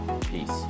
Peace